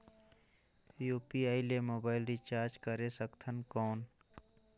UPI ले mobile recharge करे सकथन कौन?